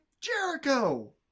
Jericho